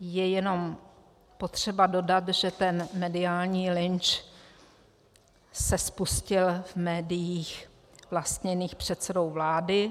Je jenom potřeba dodat, že ten mediální lynč se spustil v médiích vlastněných předsedou vlády,